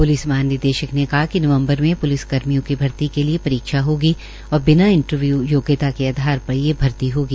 police महानिदेशक ने कहा कि नवम्बर में प्लिस कर्मियों की भर्ती के लिए परीक्षा होगी और बिना इंटरव्यू योग्यता के आधार पर ये भर्ती होगी